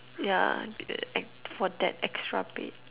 yeah ex~ for that extra bed